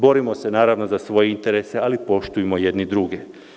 Borimo se naravno za svoje interese, ali poštujemo i jedni druge.